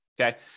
Okay